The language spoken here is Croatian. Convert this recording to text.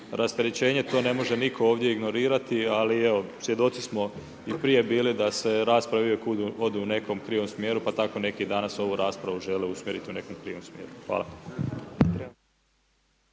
to ne može nitko ovdje ignorirati ali evo svjedoci smo i prije bili da se rasprave uvijek odu u nekom krivom smjeru pa tako neki danas ovu raspravu žele usmjeriti u nekom krivom smjeru. Hvala.